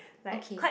okay